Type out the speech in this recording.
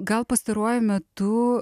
gal pastaruoju metu